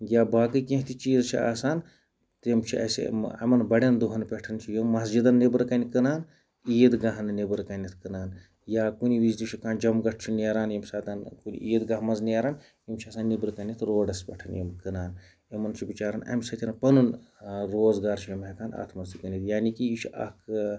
یا باقٕے کینٛہہ تہِ چیٖز چھِ آسان تِم چھِ اَسہِ یِمَن بَڑٮ۪ن دۄہَن پٮ۪ٹھ چھِ یِم مَسجِدَن نٮ۪برٕکَنۍ کٕنان عیٖدگاہَن نٮ۪برٕکَنٮ۪تھ کٕنان یا کُنہِ وِزِ چھُ کانٛہہ جَمگھَٹھ چھُ نیران ییٚمہِ ساتہٕ کُنہِ عیٖدگاہ منٛز نیران یِم چھِ آسان نٮ۪برٕکَنٮ۪تھ روڈَس پٮ۪ٹھ یِم کٕنان یِمَن چھُ بِچارَن اَمہِ سۭتٮ۪ن پَنُن روزگار چھِ یِم ہٮ۪کان اَتھ منٛز تہِ کٕنِتھ یعنی کہِ یہِ چھُ اَکھ